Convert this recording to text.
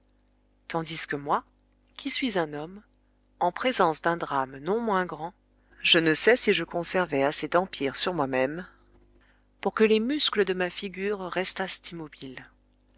tandis que moi qui suis un homme en présence d'un drame non moins grand je ne sais si je conservai assez d'empire sur moi-même pour que les muscles de ma figure restassent immobiles